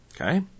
Okay